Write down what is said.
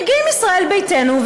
מגיעים ישראל ביתנו,